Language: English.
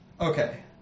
Okay